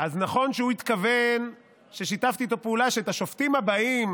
אז נכון שהוא התכוון ששיתפתי איתו פעולה שאת השופטים הבאים,